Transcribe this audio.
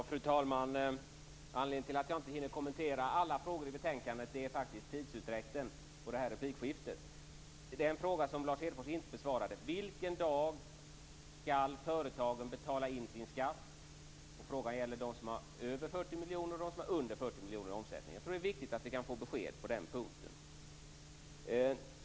Fru talman! Anledningen till att jag inte hinner kommentera alla frågor i betänkandet är faktiskt tidsutdräkten för det här replikskiftet. Det var en fråga som Lars Hedfors inte besvarade. Vilken dag skall företagen betala in sin skatt? Frågan gäller dem som har över 40 miljoner och dem som har under 40 miljoner i omsättning. Jag tror att det är viktigt att vi kan få besked på den punkten.